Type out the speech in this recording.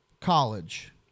College